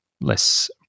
less